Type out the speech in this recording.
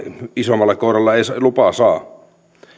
isommalla koiralla ei lupaa saa